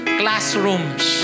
classrooms